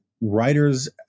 writers